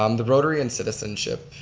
um the rotary in citizenship.